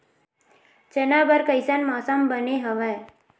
चना बर कइसन मौसम बने हवय?